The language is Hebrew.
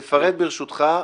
תפרט, ברשותך,